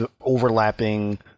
overlapping